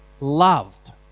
loved